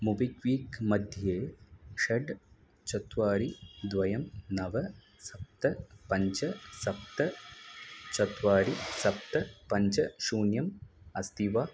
मोबिक्वीक्मध्ये षड् चत्वारि द्वयं नव सप्त पञ्च सप्त चत्वारि सप्त पञ्च शून्यम् अस्ति वा